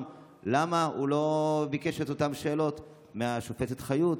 למה הוא לא ביקש את אותן שאלות מהשופטת חיות,